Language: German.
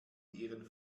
ihren